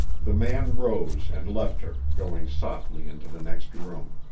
the man rose and left her, going softly into the next room.